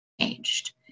changed